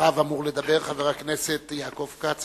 אחריו אמור לדבר חבר הכנסת יעקב כץ,